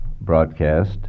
broadcast